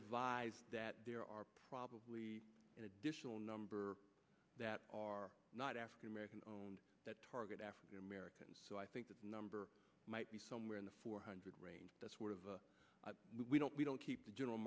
advise that there are probably an additional number that are not african american owned that target african americans so i think the number might be somewhere in the four hundred range of we don't we don't keep the general